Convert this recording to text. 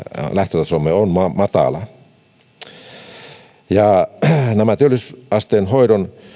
lähtötasomme on matala nämä työllisyysasteen hoidon